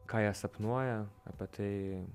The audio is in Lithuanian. ką jie sapnuoja apie tai